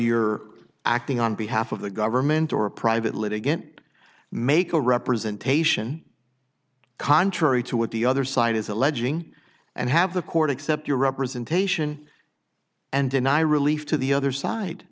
you're acting on behalf of the government or a private litigant make a representation contrary to what the other side is alleging and have the court accept your representation and deny relief to the other side